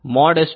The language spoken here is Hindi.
S21